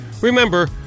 Remember